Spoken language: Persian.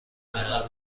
کنار